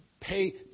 pay